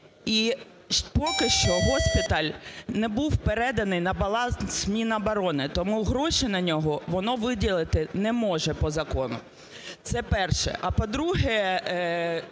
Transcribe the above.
І поки що госпіталь не був переданий на баланс Міноборони. Тому гроші на нього воно виділити не може по закону. Це перше. А по-друге,